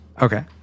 Okay